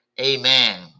Amen